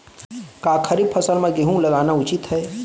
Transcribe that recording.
का खरीफ फसल म गेहूँ लगाना उचित है?